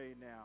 now